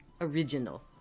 original